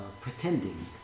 pretending